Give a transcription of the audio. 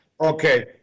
Okay